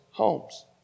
Homes